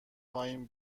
پایین